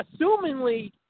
assumingly